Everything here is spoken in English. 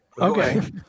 Okay